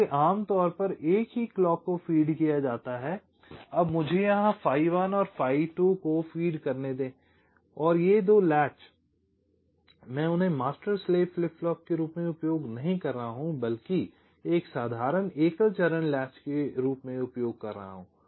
इसलिए आम तौर पर एक ही क्लॉक को फीड किया जाता है अब मुझे यहां phi 1 और phi 2 को फीड करने दें और ये दो लैच मैं उन्हें मास्टर स्लेव फ्लिप फ्लॉप के रूप में उपयोग नहीं कर रहा हूं बल्किएक साधारण एकल चरण लैच के रूप में उपयोग कर रहा हूं